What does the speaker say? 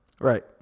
Right